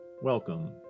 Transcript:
Welcome